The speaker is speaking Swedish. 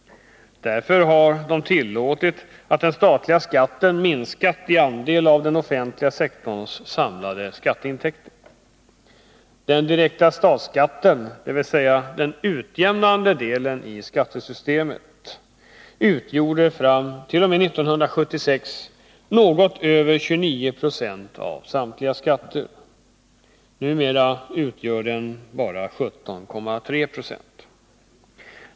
Därför har den statliga skatten tillåtits minska i andel av den offentliga sektorns samlade skatteintäkter. Den direkta statsskatten, dvs. den utjämnande delen i skattesystemet, utgjorde t.o.m. 1976 något över 29 96 av samtliga skatter. Numera utgör den bara 17,3 20.